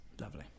Lovely